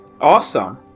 Awesome